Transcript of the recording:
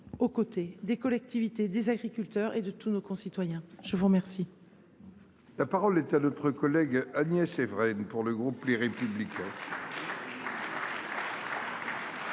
aux côtés des collectivités, des agriculteurs et de tous nos concitoyens. La parole est à Mme Agnès Evren, pour le groupe Les Républicains.